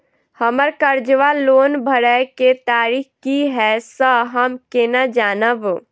हम्मर कर्जा वा लोन भरय केँ तारीख की हय सँ हम केना जानब?